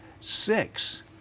six